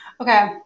Okay